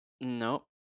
Nope